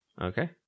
Okay